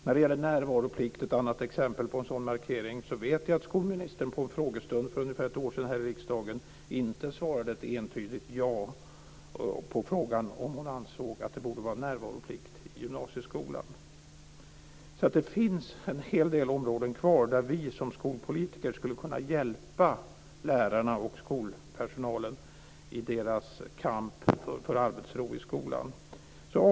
När det gäller närvaroplikt, som är ett annat exempel på en sådan markering, så vet jag att skolministern under en frågestund för ungefär ett år sedan här i riksdagen inte svarade ett entydigt ja på frågan om hon ansåg att det borde vara närvaroplikt i gymnasieskolan. Det finns alltså en hel del områden kvar där vi som skolpolitiker skulle kunna hjälpa lärarna och skolpersonalen i deras kamp för arbetsro i skolan.